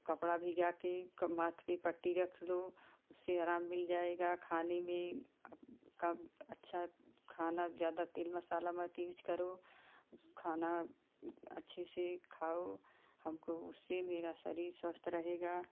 कपड़ा भीगो के माथे पर पट्टी रख लो उससे आराम मिल जाएगा खाने में काम अच्छा खाना ज्यादा तेल मसाला मत यूज करो खाना अच्छे से खाओ हमको उससे मेरा शरीर स्वस्थ रहेगा